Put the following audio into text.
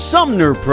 Sumner